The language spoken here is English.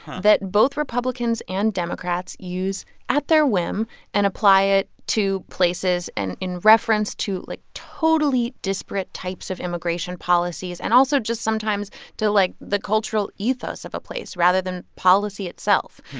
that both republicans and democrats use at their whim and apply it to places and in reference to, like, totally disparate types of immigration policies and also just sometimes to, like, the cultural ethos of a place rather than policy itself.